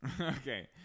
okay